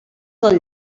del